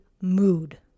mood